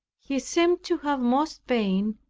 he seemed to have most pain,